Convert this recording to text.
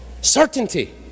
Certainty